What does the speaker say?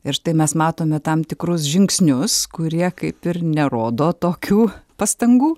ir štai mes matome tam tikrus žingsnius kurie kaip ir nerodo tokių pastangų